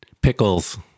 Pickles